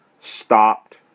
stopped